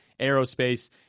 aerospace